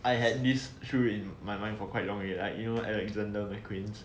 I had this shoe in my mind for quite long already like you know alexander mcqueen